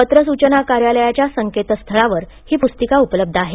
पत्र सूचना कार्यालयाच्या संकेतस्थळावर ही पूस्तिका उपलब्ध आहे